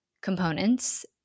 components